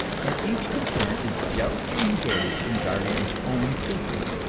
and each concern is jealously engaged in guarding its own secrets,